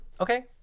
Okay